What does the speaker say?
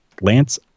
lance